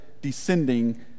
descending